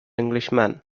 englishman